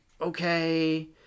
okay